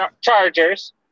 Chargers